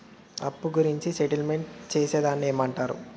అప్పు గురించి సెటిల్మెంట్ చేసేదాన్ని ఏమంటరు?